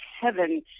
heaven